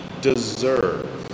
deserve